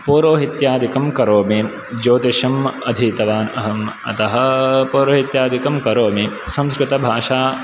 पौरोहित्यादिकं करोमि ज्योतिषम् अधीतवान् अहं अतः पौरोहित्यादिकं करोमि संस्कृतभाषा